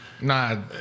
Nah